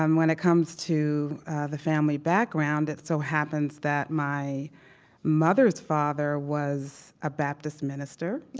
um when it comes to the family background, it so happens that my mother's father was a baptist minister,